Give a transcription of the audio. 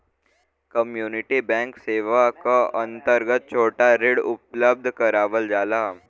community bank सेवा क अंतर्गत छोटा ऋण उपलब्ध करावल जाला